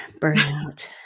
Burnout